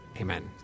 Amen